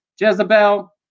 jezebel